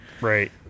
Right